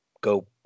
Go